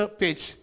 page